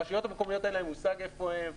הרשויות המקומיות, אין להן מושג איפה הם,